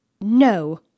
No